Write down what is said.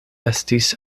estis